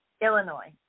Illinois